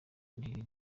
lil